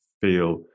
feel